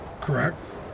correct